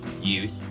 youth